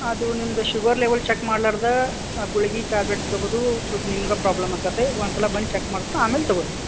ಅದು ನಿಮ್ದು sugar level check ಮಾಡ್ಲಾರ್ದ ಗುಳುಗಿ ಟ್ಯಾಬ್ಲೆಟ್ ತಗೊ ದು ಶೂ ನಿಮ್ಗೆ ಪ್ರಾಬ್ಲಮ್ ಆಗ್ತೈತಿ ಒಂದು ಸಲ ಬಂದು ಚೆಕ್ ಮಾಡ್ಬುಟ್ಟು ಆಮೇಲೆ ತಗೋರಿ